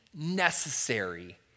necessary